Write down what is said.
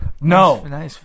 no